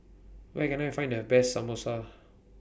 Where Can I Find The Best Samosa